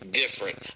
different